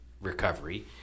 recovery